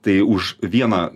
tai už vieną